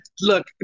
look